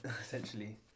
essentially